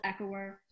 echoer